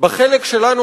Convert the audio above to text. בחלק שלנו,